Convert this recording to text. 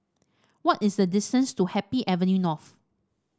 what is the distance to Happy Avenue North